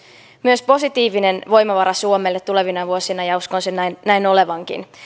myös positiivinen voimavara suomelle tulevina vuosina ja uskon sen näin näin olevankin